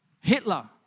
Hitler